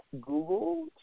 Google